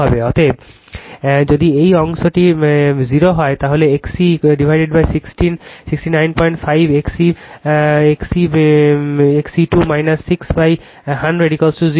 অতএব যদি এই অংশটির এটি 0 হয় তাহলে XC695 XC 2 61000